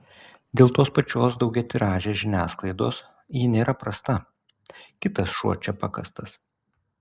dėl tos pačios daugiatiražės žiniasklaidos ji nėra prasta kitas šuo čia pakastas